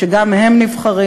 שגם הם נבחרים,